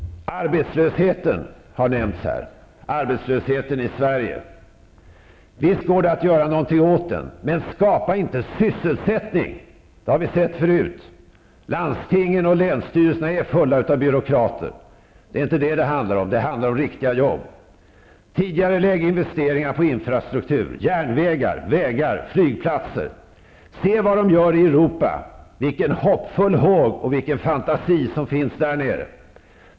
Arbetslösheten i Sverige har nämnts här. Visst går det att göra någonting åt den, men skapa inte sysselsättning. Det har vi sett förut. Landstingen och länsstyrelserna är fulla av byråkrater. Det är inte detta det handlar om. Det handlar om riktiga jobb. Tidigarelägg investeringar i infrastruktur, järnvägar, vägar och flygplatser. Se vad de gör i Europa och vilken hoppfull håg och vilken fantasi det finns där nere.